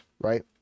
right